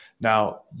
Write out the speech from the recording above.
Now